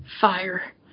fire